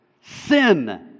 Sin